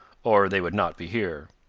or they would not be here.